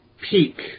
peak